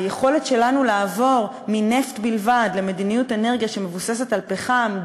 היכולת שלנו לעבור מנפט בלבד למדיניות אנרגיה שמבוססת על פחם,